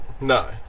no